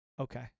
Okay